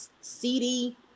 cd